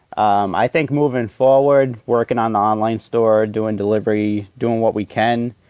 um i think moving forward, working on the online store, doin' delivery, doin' what we can,